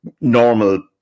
normal